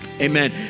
amen